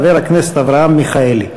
חבר הכנסת אברהם מיכאלי.